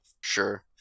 Sure